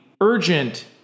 urgent